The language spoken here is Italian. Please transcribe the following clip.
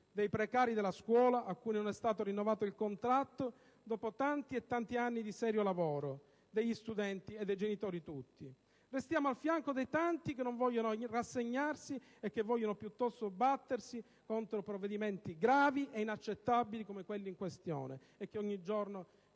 dei precari della scuola (a cui non è stato rinnovato il contratto dopo tanti e tanti anni di serio lavoro), degli studenti e dei genitori tutti; restiamo al fianco dei tanti che non vogliono rassegnarsi e che vogliono piuttosto battersi contro provvedimenti gravi e inaccettabili come quelli in questione e che ogni giorno